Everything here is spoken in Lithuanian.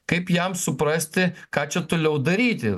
kaip jam suprasti ką čia toliau daryti